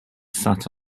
sat